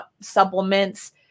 supplements